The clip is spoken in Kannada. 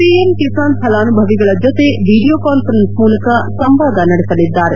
ಪಿಎಂ ಕಿಸಾನ್ ಫಲಾನುಭವಿಗಳ ಜೊತೆ ವಿಡಿಯೋ ಕಾನ್ವರೆನ್ಸ್ ಮೂಲಕ ಸಂವಾದ ನಡೆಸಲಿದ್ದಾರೆ